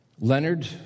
Leonard